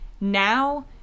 Now